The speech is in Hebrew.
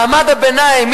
מעמד הביניים,